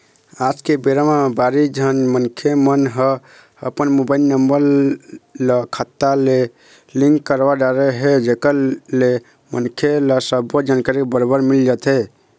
आज के बेरा म भारी झन मनखे मन ह अपन मोबाईल नंबर मन ल खाता ले लिंक करवा डरे हे जेकर ले मनखे ल सबो जानकारी बरोबर मिल जाथे